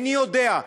איני יודע.